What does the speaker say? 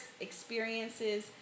experiences